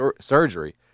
surgery